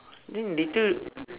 then later